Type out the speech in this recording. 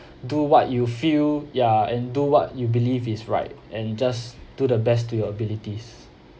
do what you feel ya and do what you believe is right and just do the best to your abilities